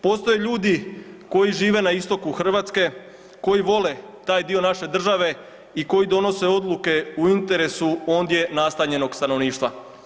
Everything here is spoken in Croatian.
Postoje ljudi koji žive na istoku Hrvatske, koji vole taj dio naše države i koji donose odluke u interesu ondje nastanjenog stanovništva.